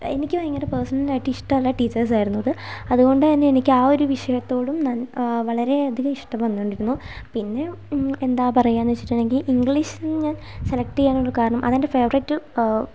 എനിക്ക് ഭയങ്കര പേർസണൽ ആയിട്ട് ഇഷ്ടമുള്ള ടീച്ചേഴ്സ് ആയിരുന്നു അത് അതുകൊണ്ടുതന്നെ എനിക്ക് ആ ഒരു വിഷയത്തോടും വളരേ അധികം ഇഷ്ടം വന്നുകൊണ്ടിരുന്നു പിന്നെ എന്താ പറയുകയെന്നു വച്ചിട്ടുണ്ടെങ്കിൽ ഇംഗ്ലീഷ് ഞാൻ സെലക്ട് ചെയ്യാനുള്ള കാരണം അത് എൻ്റെ ഫേവറേറ്റ്